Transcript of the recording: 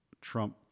trump